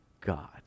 God